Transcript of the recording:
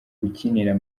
ukinira